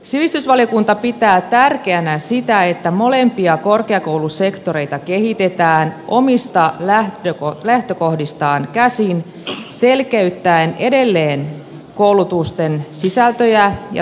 sivistysvaliokunta pitää tärkeänä sitä että molempia korkeakoulusektoreita kehitetään omista lähtökohdistaan käsin selkeyttäen edelleen koulutusten sisältöjä ja tutkintojen eroavuuksia